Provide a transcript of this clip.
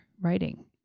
writing